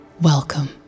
Welcome